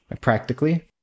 practically